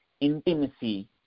intimacy